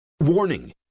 Warning